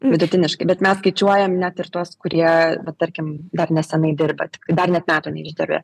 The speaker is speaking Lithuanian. vidutiniškai bet mes skaičiuojam net ir tuos kurie tarkim dar nesenai dirba dar net metų neišdirbę